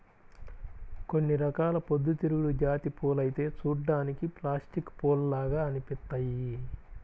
కొన్ని రకాల పొద్దుతిరుగుడు జాతి పూలైతే చూడ్డానికి ప్లాస్టిక్ పూల్లాగా అనిపిత్తయ్యి